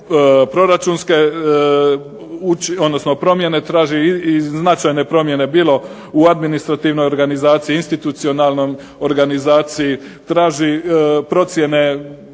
odnosno promjene, traži i značajne promjene, bilo u administrativnoj organizaciji, institucionalnoj organizaciji. Traži procjene